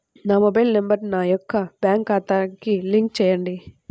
నా mobile number నా యొక్క బ్యాంక్ ఖాతాకి లింక్ చేయండీ?